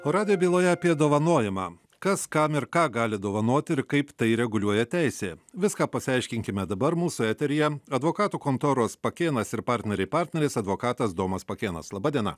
o radę byloja apie dovanojimą kas kam ir ką gali dovanoti ir kaip tai reguliuoja teisė viską pasiaiškinkime dabar mūsų eteryje advokatų kontoros pakėnas ir partneriai partneris advokatas domas pakėnas laba diena